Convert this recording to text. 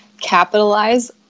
capitalize